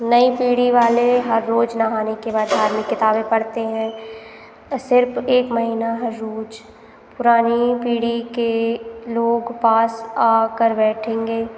नई पीढ़ी वाले हर रोज़ नहाने के बाद धार्मिक किताबें पढ़ते हैं सिर्फ़ एक महीना रोज़ पुरानी पीढ़ी के लोग पास आ आकर बैठेंगे